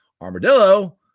Armadillo